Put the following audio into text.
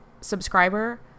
subscriber